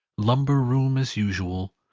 lumber-room as usual.